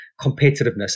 competitiveness